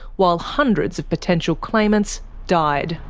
while hundreds of potential claimants died.